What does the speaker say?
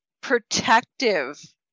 protective